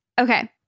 Okay